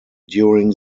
during